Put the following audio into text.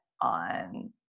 on